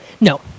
No